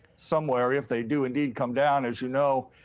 somewhere, if they do indeed come down. as you know,